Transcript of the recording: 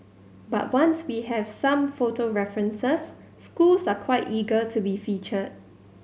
but once we have some photo references schools are quite eager to be featured